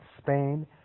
Spain